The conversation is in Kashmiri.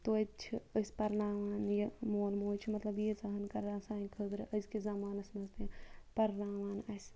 توتہِ چھِ ٲسۍ پَرناوان یہِ میون مول چھُ مَطلَب ییٖژھن کَران سانہِ خٲطرٕ أزکِس زَمانَس مَنٛز تہِ پَرناوان اَسہِ